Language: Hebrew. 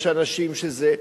יש אנשים שזה,